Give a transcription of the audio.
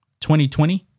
2020